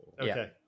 Okay